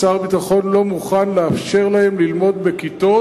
שר הביטחון לא מוכן לאפשר להם ללמוד בכיתות.